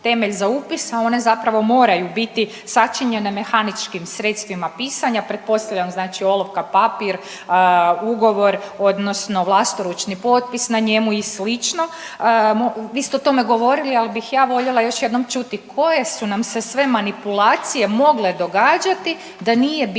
temelj za upis, a one zapravo moraju biti sačinjene mehaničkim sredstvima pisanja, pretpostavljam znači olovka, papir, ugovor odnosno vlastoručni potpis na njemu i slično. Vi ste o tome govorili, ali bih ja voljela još jednom čuti koje su nam se sve manipulacije mogle događati da nije bio